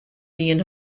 dien